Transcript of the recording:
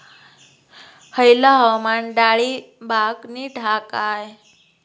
हयला हवामान डाळींबाक नीट हा काय?